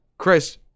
Chris